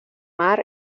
mar